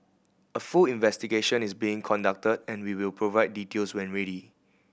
a full investigation is being conducted and we will provide details when ready